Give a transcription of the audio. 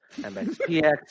MXPX